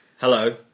Hello